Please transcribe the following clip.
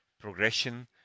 progression